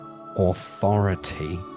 authority